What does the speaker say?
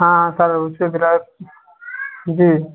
हाँ सर उसके बिना जी